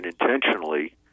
intentionally